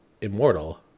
immortal